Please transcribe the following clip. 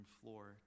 floor